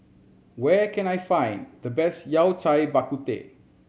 where can I find the best Yao Cai Bak Kut Teh